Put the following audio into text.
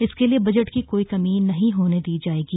इसके लिए बजट की कोई कमी नहीं होने दी जाएगी